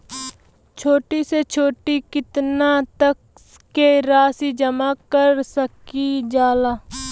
छोटी से छोटी कितना तक के राशि जमा कर सकीलाजा?